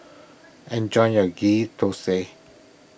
enjoy your Ghee Thosai